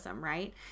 right